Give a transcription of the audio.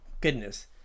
goodness